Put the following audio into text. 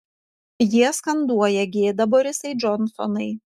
jie skanduoja gėda borisai džonsonai